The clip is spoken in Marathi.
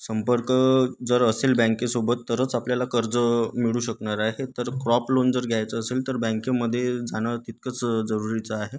संपर्क जर असेल बँकेसोबत तरच आपल्याला कर्ज मिळू शकणार आहे तर क्रॉप लोन जर घ्यायचं असेल तर बँकेमध्ये जाणं तितकंच जरुरीचं आहे